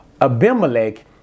Abimelech